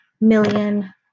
million